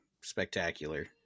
spectacular